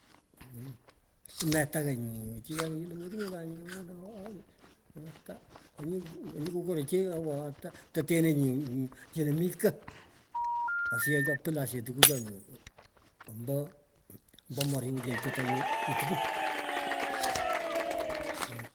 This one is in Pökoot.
Metagha. nyu chi wena nyu lo matinyetanye wen, ondo oo oo ata onyu kokoroche awoo ata, tetenenyi. chino mi ko. Asiyech oo puley asiyech tukuchoni amoo moriku chino totonenyi tukwun fukuchon totonenyi tukwun.